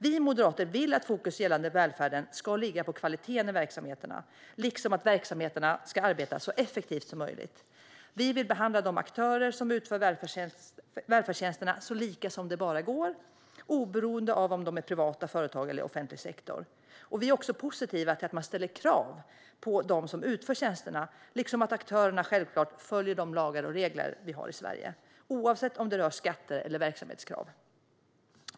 Vi moderater vill att fokus för välfärden ska ligga på kvaliteten i verksamheterna liksom att verksamheterna ska arbeta så effektivt som möjligt. Vi vill behandla de aktörer som utför välfärdstjänsterna så lika som det bara går, oberoende av om de är privata företag eller offentlig sektor. Vi är också positiva till att man ställer krav på dem som utför tjänsterna liksom på att aktörerna självklart följer de lagar och regler vi har i Sverige oavsett om det rör skatter eller verksamhetskrav.